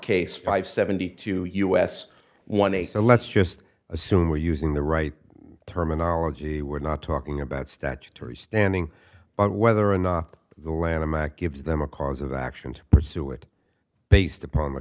case five seventy two us one a so let's just assume we're using the right terminology we're not talking about statutory standing and whether or not the lanham act gives them a cause of action to pursue it based upon the